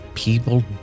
People